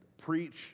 preach